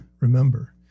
remember